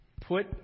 put